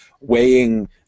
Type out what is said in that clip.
weighing